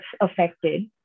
affected